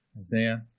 Isaiah